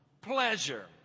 Pleasure